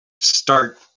start